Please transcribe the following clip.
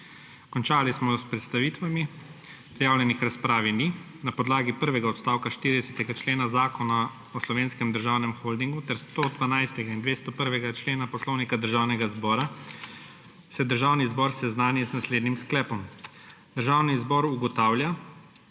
Končali smo s predstavitvami. Prijavljenih k razpravi ni. Na podlagi prvega odstavka 40. člena Zakona o Slovenskem državnem holdingu ter 112. in 201. člena Poslovnika Državnega zbora se Državni zbor seznani z naslednjim sklepom: Državni zbor ugotavlja,